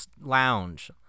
lounge